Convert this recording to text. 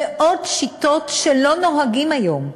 ועוד שיטות שלא נוהגים בהן היום,